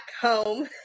home